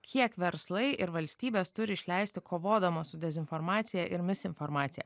kiek verslai ir valstybės turi išleisti kovodamos su dezinformacija ir misinformacija